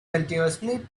continuously